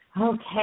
Okay